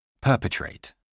Perpetrate